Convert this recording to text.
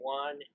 one